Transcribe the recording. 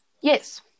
Yes